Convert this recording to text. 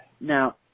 now